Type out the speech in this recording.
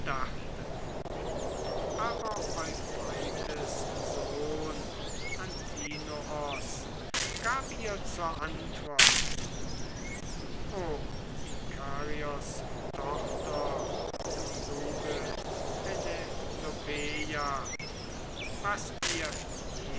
aber eupeithes sohn antinoos gab ihr zur antwort o ikarios tochter du kluge penelopeia was dir